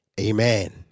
amen